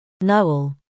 Noel